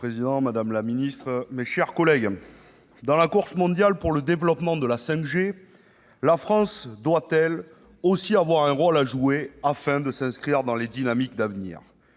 Monsieur le président, madame la secrétaire d'État, mes chers collègues, dans la course mondiale pour le développement de la 5G, la France doit, elle aussi, avoir un rôle à jouer, pour s'inscrire dans les dynamiques d'avenir.